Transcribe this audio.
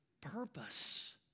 purpose